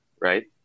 right